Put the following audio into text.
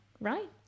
Right